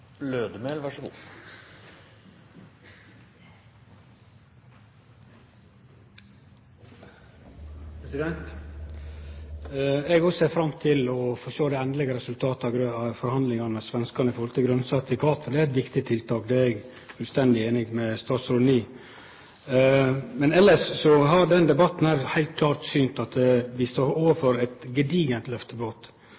Eg òg ser fram til å få sjå det endelege resultatet av forhandlingane med svenskane om grøne sertifikat, for det er eit viktig tiltak. Det er eg fullstendig einig med statsråden i. Elles har denne debatten heilt klart synt at vi står